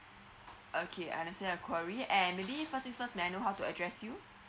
okay understand your inquiries and maybe first thing first may I know how to address you